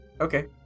okay